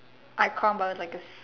I crumb Bio like a